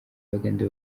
abagande